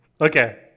Okay